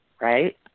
right